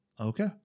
Okay